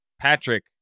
Patrick